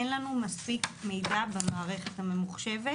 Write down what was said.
אין לנו מספיק מידע במערכת הממוחשבת